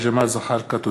תודה.